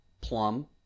plum